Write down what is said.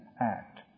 act